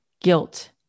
guilt